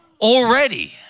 already